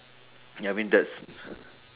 ya I mean that's